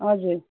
हजुर